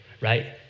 right